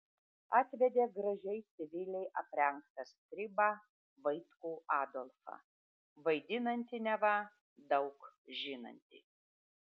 atvedė gražiai civiliai aprengtą stribą vaitkų adolfą vaidinantį neva daug žinantį